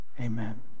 Amen